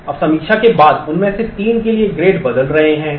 अब समीक्षा के बाद उनमें से तीन के लिए ग्रेड बदल रहे हैं